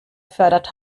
fördert